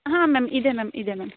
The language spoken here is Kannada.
ಹಾಂ ಮ್ಯಾಮ್ ಇದೆ ಮ್ಯಾಮ್ ಇದೆ ಮ್ಯಾಮ್